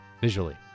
visually